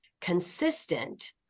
consistent